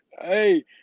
Hey